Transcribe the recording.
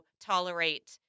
tolerate